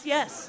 Yes